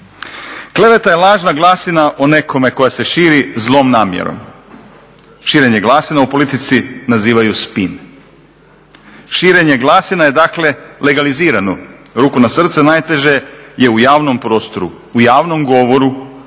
Kleveta je lažna glasina o nekome koja se širi zlom namjerom. Širenje glasina u politici nazivaju spin. Širenje glasina je dakle legalizirano. Ruku na srce, najteže je u javnom prostoru, u javnom govoru